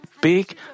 big